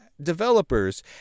developers